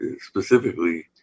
specifically